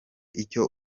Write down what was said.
icyo